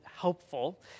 helpful